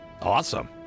Awesome